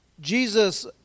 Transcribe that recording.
Jesus